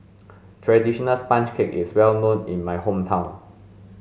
traditional sponge cake is well known in my hometown